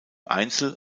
einzel